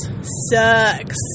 sucks